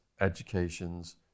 educations